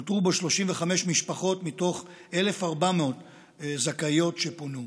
נותרו בו 35 משפחות מתוך 1,400 זכאיות שפונו,